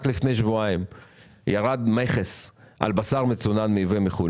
רק לפני שבועיים ירד המכס על בשר מצונן מיבוא מחו"ל,